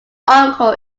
uncle